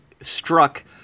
struck